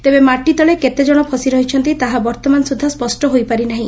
ତେବେ ମାଟିତଳେ କେତେଜଶ ଫସି ରହିଛନ୍ତି ତାହା ବର୍ଉମାନ ସୁଦ୍ଧା ସ୍ୱଷ୍ ହୋଇପାରି ନାହି